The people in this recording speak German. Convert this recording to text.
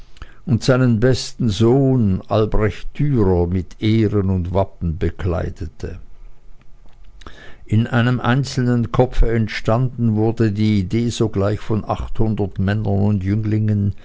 und seinen besten sohn albrecht dürer mit ehren und wappen bekleidete in einem einzelnen kopfe entstanden wurde die idee sogleich von achthundert männern und jünglingen